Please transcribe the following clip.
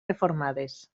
reformades